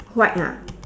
white ah